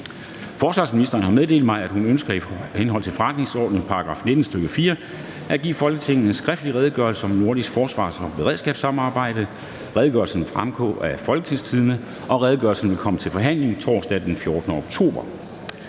Bramsen) har meddelt mig, at hun ønsker i henhold til forretningsordenens § 19, stk. 4, at give Folketinget en skriftlig Redegørelse om det nordiske forsvars- og beredskabssamarbejde. (Redegørelse nr. R 5). Redegørelsen vil fremgå af www.folketingstidende.dk. Redegørelsen vil komme til forhandling torsdag den 14. oktober